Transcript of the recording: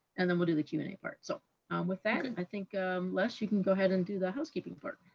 and then we'll do the q and a part. so with that, i think les, you can go ahead and do the housekeeping part.